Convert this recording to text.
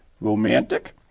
romantic